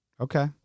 Okay